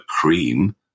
cream